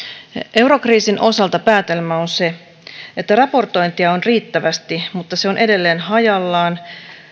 eurokriisin osalta päätelmä on se että raportointia on riittävästi mutta se on edelleen hajallaan